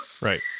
Right